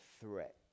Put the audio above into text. threat